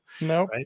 No